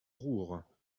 roure